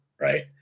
right